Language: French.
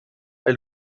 est